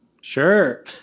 Sure